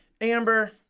Amber